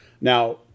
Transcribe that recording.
now